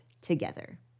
together